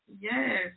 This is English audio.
yes